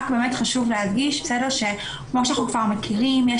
חשוב להגיד שכמו אנחנו כבר מכירים,